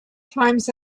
times